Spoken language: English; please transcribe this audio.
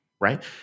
right